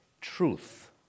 truth